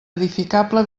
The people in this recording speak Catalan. edificable